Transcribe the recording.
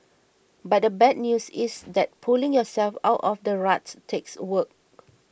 but the bad news is that pulling yourself out of the rut takes work